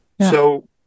So-